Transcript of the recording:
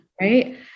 right